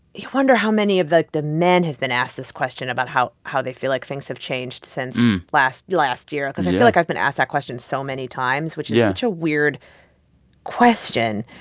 you wonder how many of, like, the men have been asked this question about how how they feel like things have changed since last last year. because i feel like i've been asked that question so many times, which is such a weird question,